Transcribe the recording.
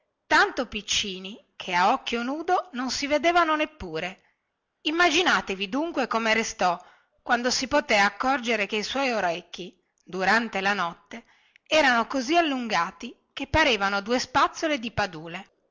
tanto piccini che a occhio nudo non si vedevano neppure immaginatevi dunque come restò quando si poté scorgere che i suoi orecchi durante la notte erano così allungati che parevano due spazzole di padule